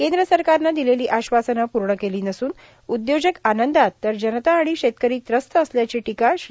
केंद्र सरकारनं दिलेली आश्वासनं पूर्ण केली नसून उद्योजक आनंदात तर जनता आणि शेतकरी त्रस्त असल्याची टीका श्री